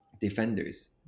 defenders